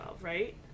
right